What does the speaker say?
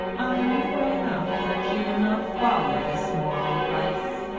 i knew well enough that she would not follow this moral advice,